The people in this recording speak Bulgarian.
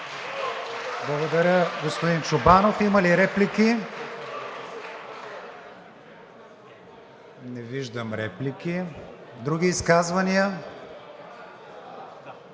Благодаря, господин Чобанов. Има ли реплики? Не виждам. Други изказвания?